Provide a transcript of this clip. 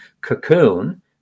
cocoon